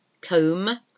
comb